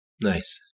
Nice